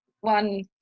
one